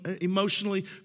emotionally